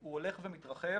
הוא הולך ומתרחב